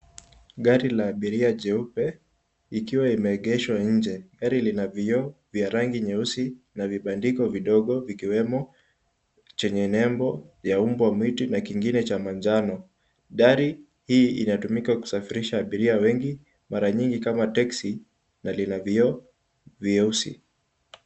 Gari la abiria jeupe ikiwa imeegeshwa nje. Gari lina vioo vya rangi nyeusi na vibandiko vidogo vikiwemo chenye nembo ya umbwa mwitu na kingine cha manjano. Gari hii inatumika kusafirisha abiria wengi, mara nyingi kama texi na lina vioo vyeusi.